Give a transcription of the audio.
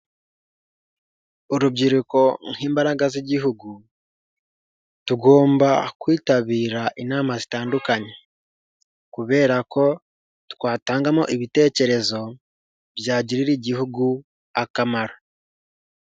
Urubyiruko nk'imbaraga z'igihugu, tugomba kwitabira inama zitandukanye, kubera ko twatangamo ibitekerezo byagirira Igihugu akamaro.